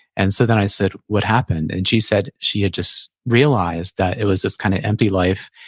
and so then i said, what happened? and she said she had just realized that it was this kind of empty life,